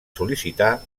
sol·licitar